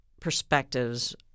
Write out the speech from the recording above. perspectives